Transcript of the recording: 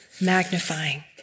magnifying